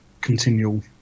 continual